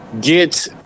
get